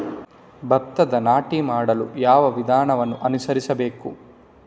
ಭತ್ತದ ನಾಟಿ ಮಾಡಲು ಯಾವ ವಿಧಾನವನ್ನು ಅನುಸರಿಸಬೇಕು?